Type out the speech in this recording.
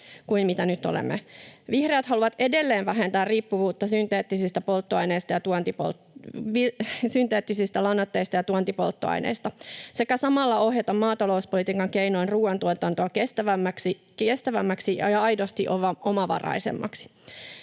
kuin olemme. Vihreät haluavat edelleen vähentää riippuvuutta synteettisistä lannoitteista ja tuontipolttoaineista sekä samalla ohjata maatalouspolitiikan keinoin ruoantuotantoa kestävämmäksi ja aidosti omavaraisemmaksi.